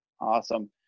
awesome